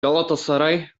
galatasaray